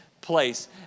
place